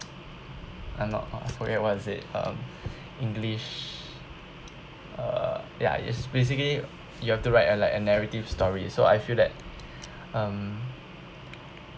I'm not oh forget what I said um english uh ya it's basically you have to write uh like a narrative story so I feel that um